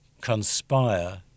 conspire